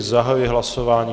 Zahajuji hlasování.